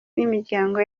n’imiryango